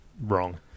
wrong